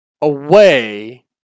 away